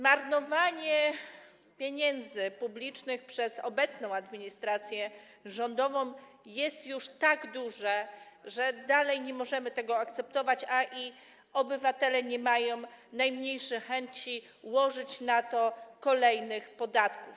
Marnowanie pieniędzy publicznych przez obecną administrację rządową jest już tak duże, że dalej nie możemy tego akceptować, a i obywatele nie mają najmniejszych chęci łożyć na to kolejnych podatków.